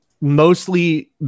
mostly